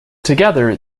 together